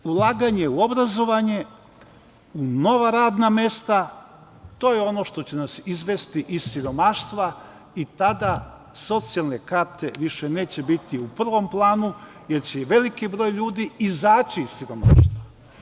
Ulaganje u obrazovanje, u nova radna mesta, to je ono što će nas izvesti iz siromaštva i tada socijalne karte više neće biti u prvom planu, jer će i veliki broj ljudi izaći iz siromaštva.